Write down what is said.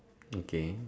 okay